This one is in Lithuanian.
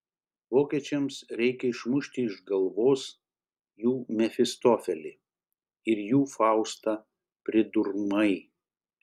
vokiečiams reikia išmušti iš galvos jų mefistofelį ir jų faustą pridurmai